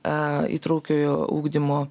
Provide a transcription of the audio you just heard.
įtraukiojo ugdymo